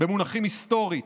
במונחים היסטוריים,